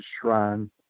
shrine